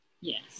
Yes